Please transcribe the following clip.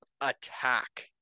attack